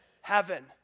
heaven